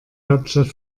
hauptstadt